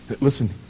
Listen